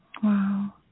Wow